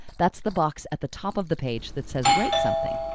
that's the box at the top of the page that says, write something.